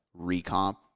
recomp